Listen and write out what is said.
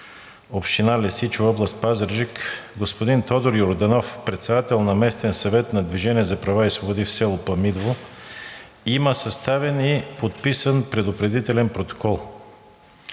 община Лесичово, област Пазарджик, господин Тодор Йорданов, председател на местния съвет на „Движение за права и свободи“ в село Памидово, има съставен и подписан предупредителен протокол.